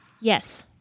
Yes